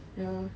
ya